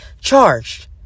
charged